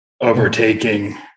overtaking